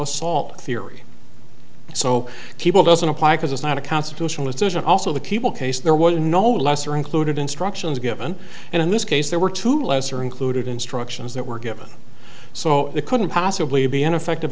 assault theory so people doesn't apply because it's not a constitutionalist isn't also the people case there were no lesser included instructions given and in this case there were two lesser included instructions that were given so it couldn't possibly be ineffective